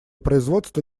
производство